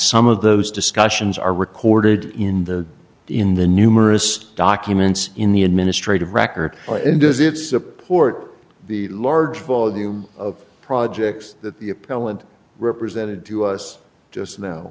some of those discussions are recorded in the in the numerous documents in the administrative record and does it support the large volume of projects that the appellant represented to us just no